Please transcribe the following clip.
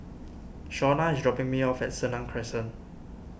Shawnna is dropping me off at Senang Crescent